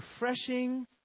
refreshing